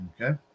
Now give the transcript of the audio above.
Okay